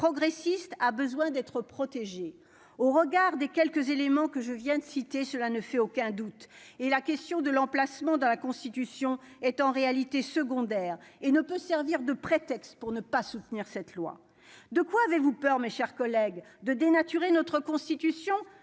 progressistes, a besoin d'être protégés au regard des quelques éléments que je viens de citer, cela ne fait aucun doute, et la question de l'emplacement dans la constitution est en réalité secondaire et ne peut servir de prétexte pour ne pas soutenir cette loi, de quoi avez-vous peur, mes chers collègues de dénaturer notre constitution,